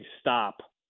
stop